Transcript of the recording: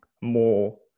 more